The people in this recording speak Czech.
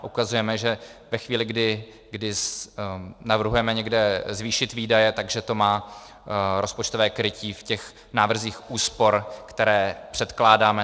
Ukazujeme, že ve chvíli, kdy navrhujeme někde zvýšit výdaje, že to má rozpočtové krytí v těch návrzích úspor, které předkládáme.